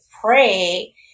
pray